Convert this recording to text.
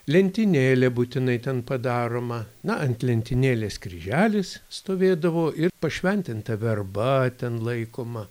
lentynėlė būtinai ten padaroma na ant lentynėlės kryželis stovėdavo ir pašventinta verba ten laikoma